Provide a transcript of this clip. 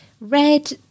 red